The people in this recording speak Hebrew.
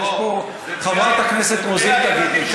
את זה חברת הכנסת רוזין תגיד לי.